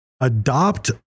Adopt